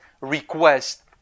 request